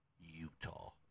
Utah